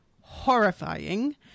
horrifying